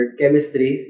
chemistry